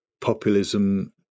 populism